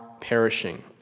Perishing